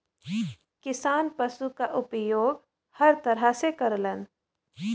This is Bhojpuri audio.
किसान पसु क उपयोग हर तरह से करलन